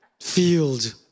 field